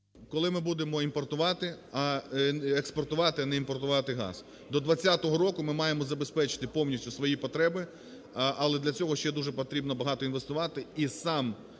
Коли ми будемо імпортувати… експортувати, а не імпортувати газ. До 2020 року ми маємо забезпечити повністю своїх потреби, але для цього ще дуже потрібно багато інвестувати,